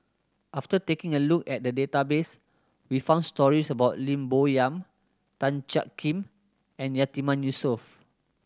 after taking a look at the database we found stories about Lim Bo Yam Tan Jiak Kim and Yatiman Yusof